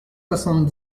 soixante